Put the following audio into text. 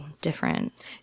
different